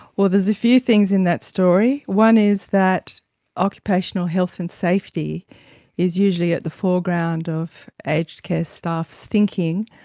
well, there's a few things in that story. one is that occupational health and safety is usually at the foreground of aged care staff's thinking.